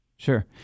Sure